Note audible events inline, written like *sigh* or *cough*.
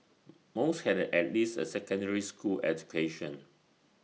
*noise* most had at least A secondary school education